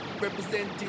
Representing